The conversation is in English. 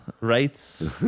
Rights